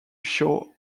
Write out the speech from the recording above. show